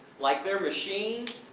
like they're machines.